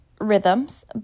rhythms